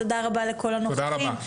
תודה רבה לכל הנוכחים,